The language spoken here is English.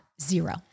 Zero